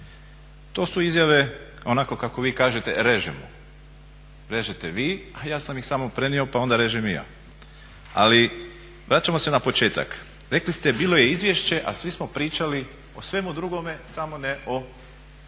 To su izjave onako kako vi kažete režemo, režete vi, a ja sam ih samo prenio pa režem onda i ja. Ali vraćamo se na početak, rekli ste bilo je izvješće a svi smo pričali o svemu drugome samo ne o izvješću.